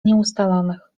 nieustalonych